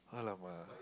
!alamak!